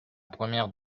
première